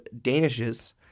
danishes